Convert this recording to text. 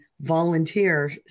volunteer